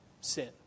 sin